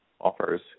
offers